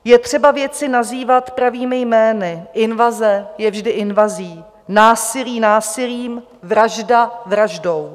Je třeba věci nazývat pravými jmény invaze je vždy invazí, násilí násilím, vražda vraždou.